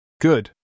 Good